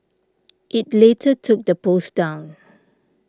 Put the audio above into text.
it later took the post down